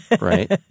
right